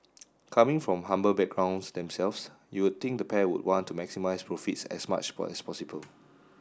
coming from humble backgrounds themselves you'd think the pair would want to maximise profits as much as possible